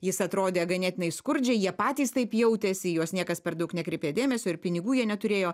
jis atrodė ganėtinai skurdžiai jie patys taip jautėsi į juos niekas per daug nekreipė dėmesio ir pinigų jie neturėjo